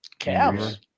Cavs